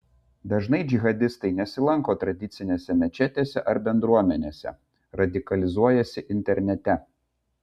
dažnai džihadistai nesilanko tradicinėse mečetėse ar bendruomenėse radikalizuojasi internete